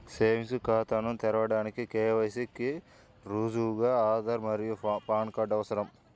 savings ఖాతాను తెరవడానికి KYC కి రుజువుగా ఆధార్ మరియు పాన్ కార్డ్ అవసరం